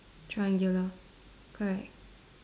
triangular correct